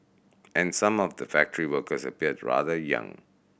and some of the factory workers appeared rather young